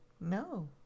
No